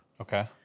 Okay